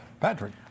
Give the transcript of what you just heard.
Patrick